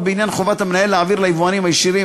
בעניין חובת המנהל להעביר ליבואנים הישירים,